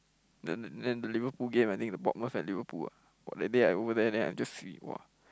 then the then the Liverpool game I think the Bob-Myers at Liverpool ah !wah! that day I over there then I just see !wah!